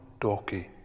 Dorky